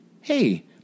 hey